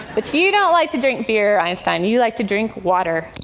but you you don't like to drink beer, einstein. you like to drink water.